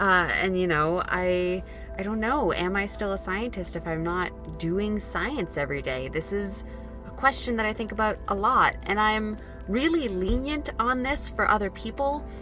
and you know i i don't know. am i still a scientist if i'm not doing science every day? this is a question that i think about a lot. and i'm really lenient on this for other people.